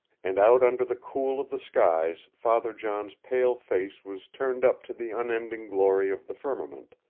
and out under the cool of the skies father john's pale face was turned up to the unending glory of the firmament,